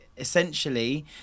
Essentially